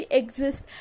exist